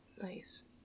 nice